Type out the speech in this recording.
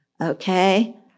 Okay